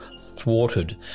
thwarted